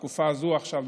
בתקופה הזאת עכשיו,